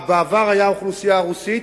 בעבר היתה אוכלוסייה רוסית,